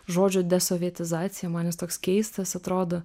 žodžio desovietizacija man jis toks keistas atrodo